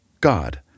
God